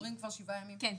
עברו כבר שבעה ימים --- כן,